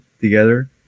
together